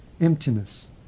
emptiness